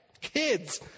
kids